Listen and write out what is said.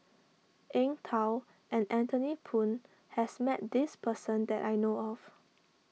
Eng Tow and Anthony Poon has met this person that I know of